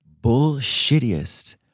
bullshittiest